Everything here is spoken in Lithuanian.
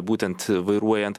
būtent vairuojant